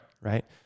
Right